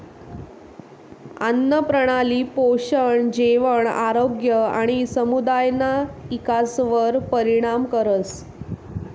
आन्नप्रणाली पोषण, जेवण, आरोग्य आणि समुदायना इकासवर परिणाम करस